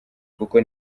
kuko